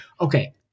okay